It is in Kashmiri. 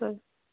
تُہ